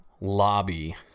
lobby